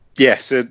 Yes